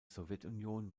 sowjetunion